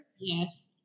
yes